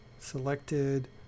Selected